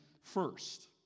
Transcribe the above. first